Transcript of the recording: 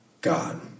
God